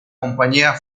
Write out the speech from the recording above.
compañía